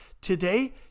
Today